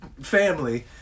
family